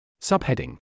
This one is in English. Subheading